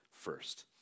first